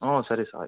ಹ್ಞೂ ಸರಿ ಸಾರ್